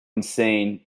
insane